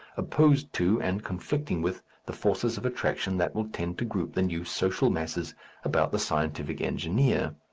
opposed to, and conflicting with, the forces of attraction that will tend to group the new social masses about the scientific engineer.